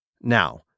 now